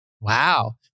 Wow